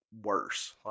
worse